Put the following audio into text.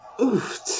Oof